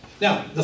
Now